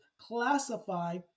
classify